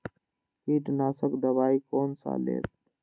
कीट नाशक दवाई कोन सा लेब?